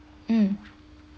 mm